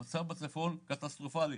המצב בצפון קטסטרופלי.